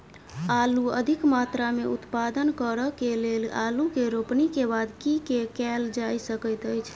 आलु अधिक मात्रा मे उत्पादन करऽ केँ लेल आलु केँ रोपनी केँ बाद की केँ कैल जाय सकैत अछि?